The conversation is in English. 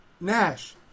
Nash